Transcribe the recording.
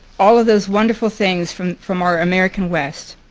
all of those wonderful things from from our american west.